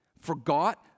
forgot